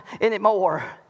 anymore